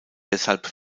deshalb